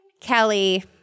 Kelly